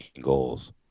goals